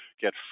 get